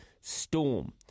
storm